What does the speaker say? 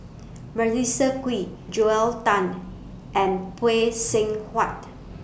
Melissa Kwee Joel Tan and Phay Seng Whatt